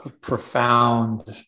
profound